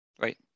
Right